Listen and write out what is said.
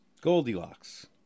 Goldilocks